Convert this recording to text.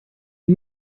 are